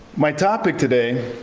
my topic today